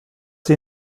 sie